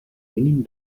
mínim